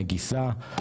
נגיסה,